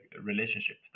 relationship